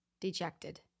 dejected